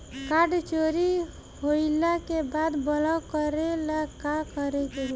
Card चोरी होइला के बाद ब्लॉक करेला का करे के होई?